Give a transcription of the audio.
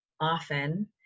often